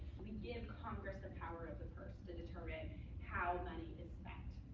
we give congress the power of the purse to determine how money is spent.